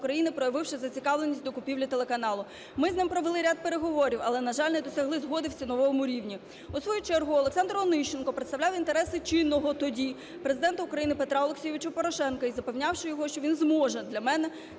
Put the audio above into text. України, проявивши зацікавленість до купівлі телеканалу. Ми з ним провели ряд переговорів, але, на жаль, не досягли згоди в ціновому рівні. У свою чергу Олександр Онищенко представляв інтереси чинного тоді Президента України Петра Олексійович Порошенка і запевняв його, що він зможе для мене